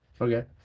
Okay